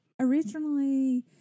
originally